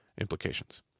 implications